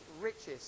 richest